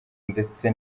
ndetse